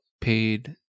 paid